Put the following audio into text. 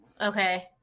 okay